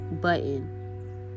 button